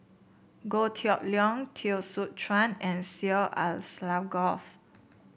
Goh Kheng Long Teo Soon Chuan and Syed Alsagoff